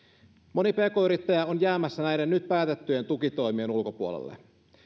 moni pk yrittäjä on jäämässä näiden nyt päätettyjen tukitoimien ulkopuolelle